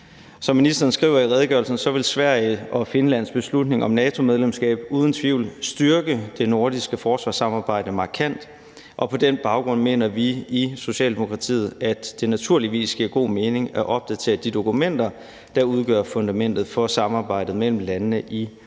Som ministeren skriver i redegørelsen, vil Sveriges og Finlands beslutning om NATO-medlemskab uden tvivl styrke det nordiske forsvarssamarbejde markant, og på den baggrund mener vi i Socialdemokratiet, at det naturligvis giver god mening at opdatere de dokumenter, der udgør fundamentet for samarbejdet mellem landene i NORDEFCO.